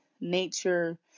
nature